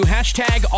Hashtag